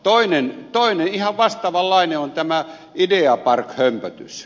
toinen ihan vastaavanlainen on tämä ideapark hömpötys